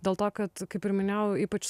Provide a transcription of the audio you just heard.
dėl to kad kaip ir minėjau ypač